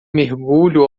mergulho